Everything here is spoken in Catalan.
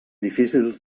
difícils